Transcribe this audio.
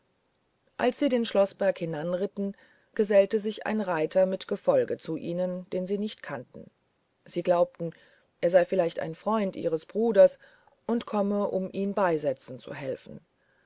als sie den schloßberg hinanritten gesellte sich ein reiter mit gefolge zu ihnen den sie nicht kannten sie glaubten er sei vielleicht ein freund ihres bruders und komme um ihn beisetzen zu helfen